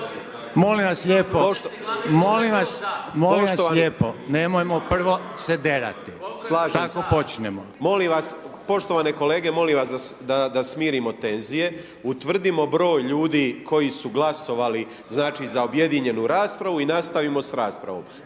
Molim vas lijepo, nemojmo prvo se derati/…Slažem se…/Upadica: Tako počmemo/…Molim vas, poštovane kolege, molim vas da smirimo tenzije, utvrdimo broj ljudi koji su glasovali, znači, za objedinjenu raspravu i nastavimo s raspravom.